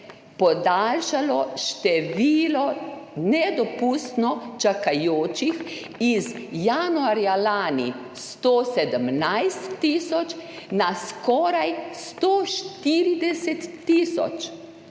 povečalo število nedopustno čakajočih, z januarja lani 117 tisoč na skoraj 140 tisoč.